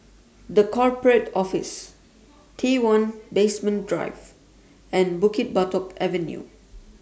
The Corporate Office T one Basement Drive and Bukit Batok Avenue